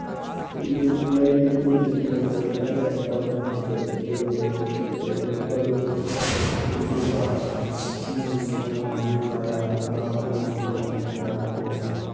یِم نٔے نٔے یِم گٔژھ یِم اِنوویشَن میتھڈ یِم ایپلاے اکھ فارمَر ہیٚکہِ کٔرِتھ سُہ گوٚو یِہوے کہِ امہِ گۄڈٕ اوس سُہ صُبحس اَتھ مٔزوٗر لَگان تٔمِس ٲسۍ لَگان مٔزوٗرۍ واریاہ راتھ دۄہ اوس اوٗرۍ آسان یا یہِ اوس